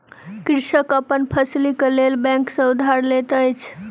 कृषक अपन फसीलक लेल बैंक सॅ उधार लैत अछि